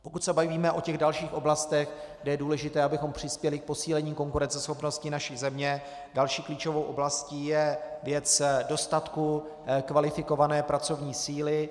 Pokud se bavíme o těch dalších oblastech, kde je důležité, abychom přispěli k posílení konkurenceschopnosti naší země, další klíčovou oblastí je věc dostatku kvalifikované pracovní síly.